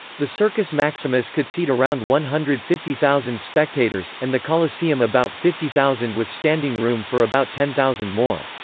the circus maximus could seat around one hundred and fifty thousand spectators, and the colosseum about fifty thousand with standing room for about ten thousand more.